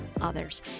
others